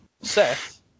Seth